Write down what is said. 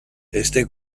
este